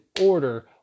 Order